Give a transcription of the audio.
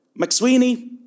McSweeney